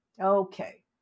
Okay